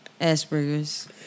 Asperger's